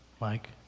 Mike